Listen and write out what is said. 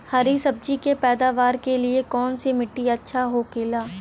हरी सब्जी के पैदावार के लिए कौन सी मिट्टी अच्छा होखेला?